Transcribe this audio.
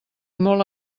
molt